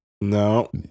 No